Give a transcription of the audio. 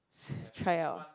try out